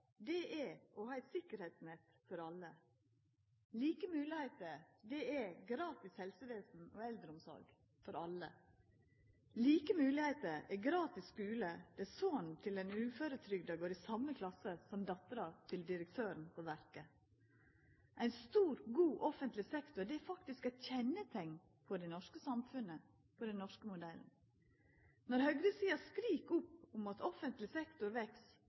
moglegheiter er å ha eit sikkerheitsnett for alle, like moglegheiter er gratis helsevesen og eldreomsorg for alle, like moglegheiter er gratis skule, der sonen til ein uføretrygda går i same klasse som dottera til direktøren på verket. Ein stor, god offentleg sektor er faktisk eit kjenneteikn på det norske samfunnet, på den norske modellen. Når høgresida skrik opp om at offentleg sektor veks,